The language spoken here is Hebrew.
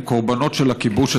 הם קורבנות של הכיבוש,